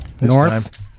north